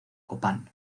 copán